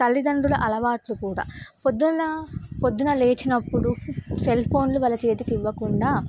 తల్లిదండ్రుల అలవాట్లు కూడా పొద్దున్న పొద్దున లేచినప్పుడు సెల్ ఫోన్లు వాళ్ళ చేతికి ఇవ్వకుండా